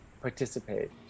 participate